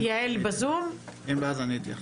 אם לא אז אני אתייחס.